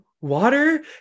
water